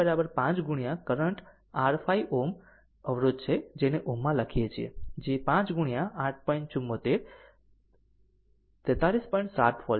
આમ Va 5 ગુણ્યા current r 5 Ω અવરોધ છે જેને Ωમાં લખીએ છીએ જે 5 ગુણ્યા 8